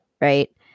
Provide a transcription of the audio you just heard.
Right